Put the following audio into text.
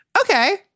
okay